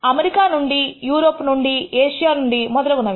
America నుండి Europe నుండి Asia నుండి మొదలగునవి